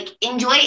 enjoy